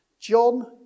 John